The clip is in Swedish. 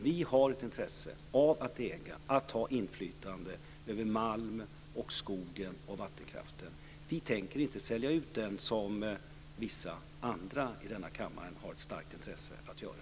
Vi har ett intresse av att äga och att ha inflytande över malmen, skogen och vattenkraften. Vi tänker inte sälja ut detta, som vissa andra i denna kammare har ett starkt intresse av att göra.